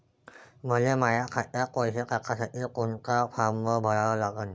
मले माह्या खात्यात पैसे टाकासाठी कोंता फारम भरा लागन?